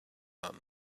none